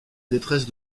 détresse